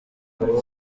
abo